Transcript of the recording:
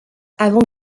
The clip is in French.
avant